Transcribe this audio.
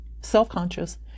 self-conscious